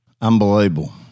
Unbelievable